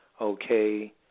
Okay